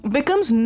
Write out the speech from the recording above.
Becomes